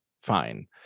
fine